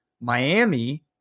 Miami